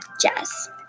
jazz